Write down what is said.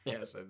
Yes